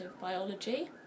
Biology